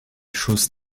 chose